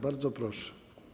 Bardzo proszę.